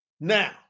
Now